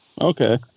Okay